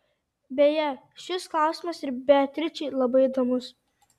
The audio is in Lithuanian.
beje šis klausimas ir beatričei labai įdomus